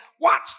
watch